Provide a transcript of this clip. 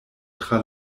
tra